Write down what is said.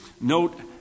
note